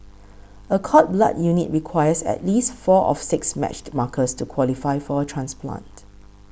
a cord blood unit requires at least four of six matched markers to qualify for a transplant